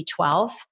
B12